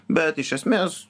bet iš esmės